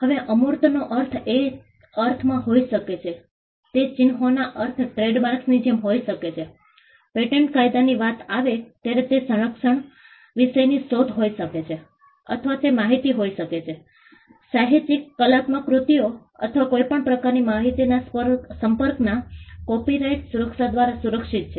હવે અમૂર્તનો અર્થ તે અર્થમાં હોઈ શકે છે તે ચિન્હોનો અર્થ ટ્રેડમાર્ક્સની જેમ હોઈ શકે છે પેટન્ટ કાયદાની વાત આવે ત્યારે તે સંરક્ષણના વિષયની શોધ હોઈ શકે છે અથવા તે માહિતી હોઈ શકે છે સાહિત્યિક કલાત્મક કૃતિઓ અથવા કોઈપણ પ્રકારની માહિતીના સંપર્કના કોપીરાઇટ શાસન દ્વારા સુરક્ષિત છે